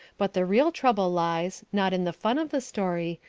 but the real trouble lies, not in the fun of the story,